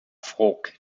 fork